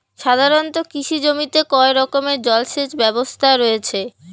সাধারণত কৃষি জমিতে কয় রকমের জল সেচ ব্যবস্থা রয়েছে?